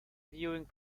viewing